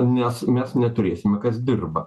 nes mes neturėsime kas dirba